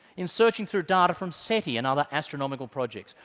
in searching through data from seti and other astronomical projects.